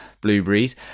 blueberries